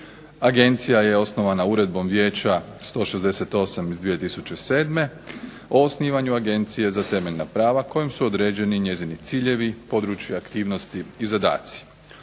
Agencija je osnovana uredbom Vijeća 168. iz 2007., o osnivanju Agencije za temeljna prava kojom su određeni njezini ciljevi, područja aktivnosti i zadaci.